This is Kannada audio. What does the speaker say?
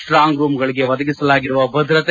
ಸ್ಟಾಂಗ್ ರೂಂಗಳಿಗೆ ಒದಗಿಸಲಾಗಿರುವ ಭದ್ರತೆ